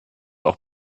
auch